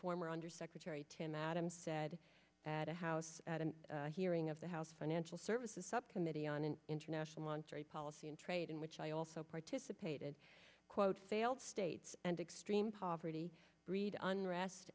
former undersecretary tim adams said at a house hearing of the house financial services subcommittee on an international monetary policy and trade in which i also participated quote failed states and extreme poverty breed unrest